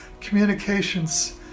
communications